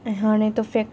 ऐं हाणे त